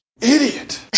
Idiot